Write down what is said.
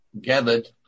gathered